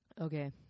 Okay